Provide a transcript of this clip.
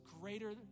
greater